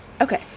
Okay